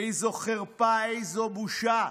איזו חרפה, איזו בושה,